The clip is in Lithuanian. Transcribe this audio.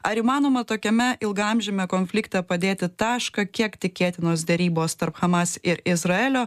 ar įmanoma tokiame ilgaamžiame konflikte padėti tašką kiek tikėtinos derybos tarp hamas ir izraelio